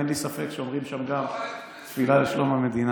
אין לי ספק שאומרים שם גם תפילה לשלום המדינה.